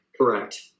Correct